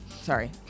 Sorry